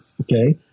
okay